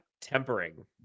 tempering